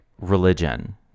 religion